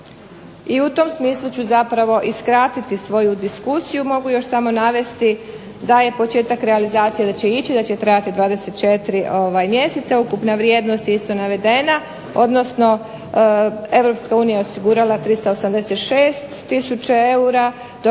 I u tom smislu ću zapravo i skratiti svoju diskusiju, mogu samo još navesti da je početak realizacije, da će ići, da će trajati 24 mjeseca, vrijednost je isto navedena, odnosno Europska unija je osigurala 386 tisuća eura,